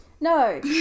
No